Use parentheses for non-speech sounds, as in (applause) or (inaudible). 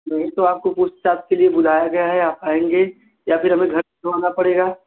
नहीं तो आपको पूछताछ के लिए बुलाया गया है आप आएँगे या फ़िर हमें घर (unintelligible) पड़ेगा